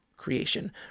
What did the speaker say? creation